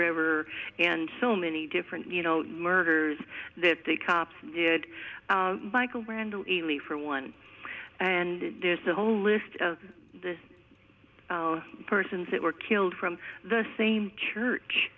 river and so many different you know murders that the cops did michael brandon a leak from one and there's a whole list of the persons that were killed from the same church